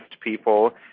people